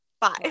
Five